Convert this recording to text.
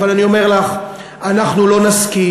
אבל אני אומר לך: אנחנו לא נסכים,